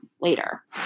later